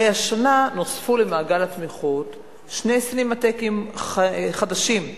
הרי השנה נוספו למעגל התמיכות שני סינמטקים חדשים,